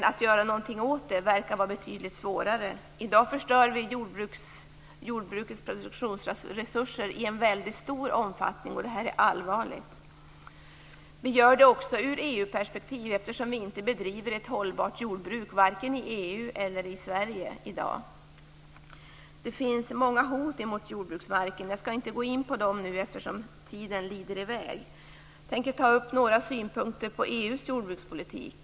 Däremot verkar det vara betydligt svårare att göra något. I dag förstör vi i stor omfattning jordbrukets produktionsresurser. Detta är allvarligt. Här gäller det också EU perspektivet. Ett hållbart jordbruk bedrivs inte i dag, vare sig i EU eller i Sverige. Det finns många hot mot jordbruksverken, men jag skall inte gå in på dem nu eftersom tiden rinner i väg. Jag skall bara ta upp några synpunkter på EU:s jordbrukspolitik.